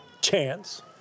chance